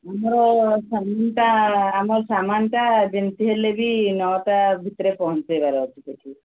ଆମର ସାମାନଟା ଆମର ସାମାନଟା ଯେମତି ହେଲେ ବି ନଅଟା ଭିତରେ ପହଞ୍ଚେଇବାର ଅଛି ସେଠି